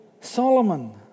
Solomon